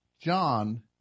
John